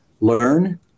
learn